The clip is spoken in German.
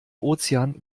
ozean